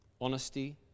honesty